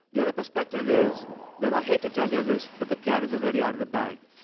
the other perspective is that i hate to tell you this but the cat is already out of the bag.